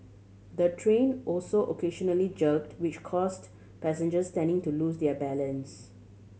the train also occasionally jerked which caused passengers standing to lose their balance